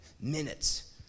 minutes